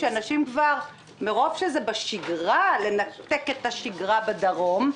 מרוב שזה בשגרה לנתק את השגרה בדרום,